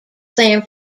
san